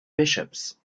bishops